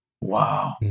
Wow